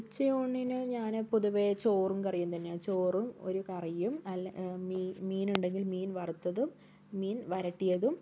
ഉച്ചയൂണിനു ഞാന് പൊതുവെ ചോറും കറിയും തന്നെയാണ് ചോറും ഒരു കറിയും നല്ല മീ മീനുമുണ്ടെങ്കിൽ മീൻ വറത്തതും മീൻ വരട്ടിയതും